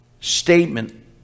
statement